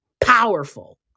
powerful